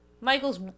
michael's